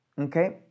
okay